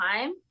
time